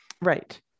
right